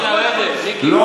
לא, לא, תתחיל לרדת, מיקי.